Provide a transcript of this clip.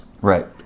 Right